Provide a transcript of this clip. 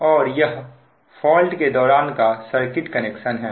और यह फॉल्ट के दौरान का सर्किट कनेक्शन है